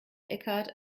eckhart